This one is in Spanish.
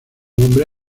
nombre